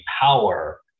power